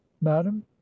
madam